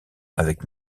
avec